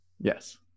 Yes